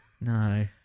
No